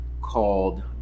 called